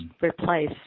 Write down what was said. replace